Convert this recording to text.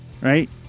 Right